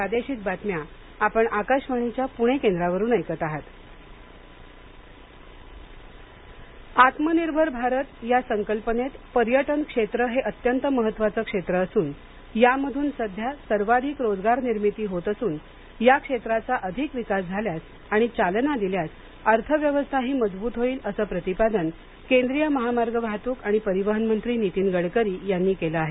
गडकरी आत्मनिर्भर भारत या संकल्पनेत पर्यटन क्षेत्र हे अत्यंत महत्त्वाचं क्षेत्र असून यामधून सध्या सर्वाधिक रोजगार निर्मिती होत असून या क्षेत्राचा अधिक विकास झाल्यास आणि चालना दिल्यास अर्थव्यवस्थाही मजबूत होईल असं प्रतिपादन केंद्रीय महामार्ग वाहतूक आणि परिवहन मंत्री नितीन गडकरी यांनी केलं आहे